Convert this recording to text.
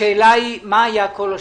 השאלה היא מה היה כל השנים.